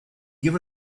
give